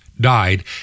died